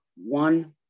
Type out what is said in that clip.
one